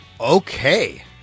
Okay